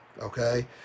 okay